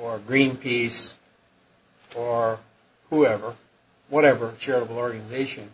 or greenpeace or whoever whatever charitable organization